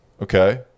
okay